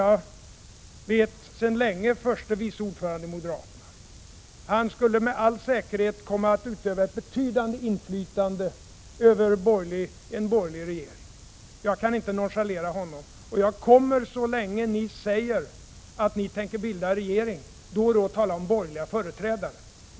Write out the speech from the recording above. Jag vet att han sedan länge är moderaternas förste vice ordförande. Han skulle med all säkerhet komma att utöva ett betydande inflytande i en borgerlig regering. Jag kan därför inte nonchalera honom. Så länge ni säger att ni tänker bilda regering kommer jag att då och då tala om borgerliga företrädare.